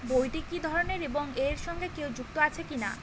বইটি কি ধরনের এবং এর সঙ্গে কেউ যুক্ত আছে কিনা?